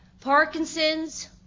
Parkinson's